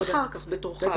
אחר כך, בתורך.